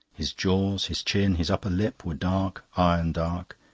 his jaws, his chin, his upper lip were dark, iron-dark,